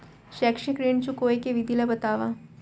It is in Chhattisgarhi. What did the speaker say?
शैक्षिक ऋण चुकाए के विधि ला बतावव